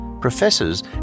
professors